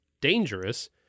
dangerous